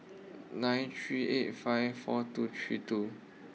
nine three eight five four two three two